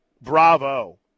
bravo